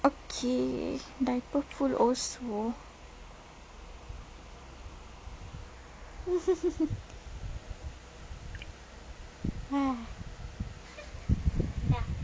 okay diaper full also ya